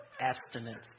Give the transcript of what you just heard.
abstinence